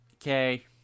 okay